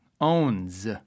Owns